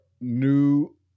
new